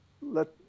let